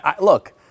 look